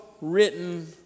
written